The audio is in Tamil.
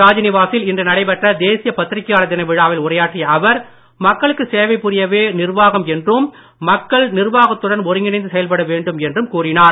ராஜ்நிவாசில் இன்று நடைபெற்ற தேசிய பத்திரிகையாளர் தின விழாவில் உரையாற்றிய அவர் மக்களுக்கு சேவை புரியவே நிர்வாகம் என்றும் மக்கள் நிர்வாகத்துடன் ஒருங்கிணைந்து செயல்பட வேண்டும் என்றும் கூறினார்